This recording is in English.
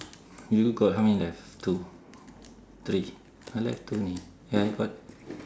you got how many left two three I left two only ya you got